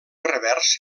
revers